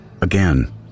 Again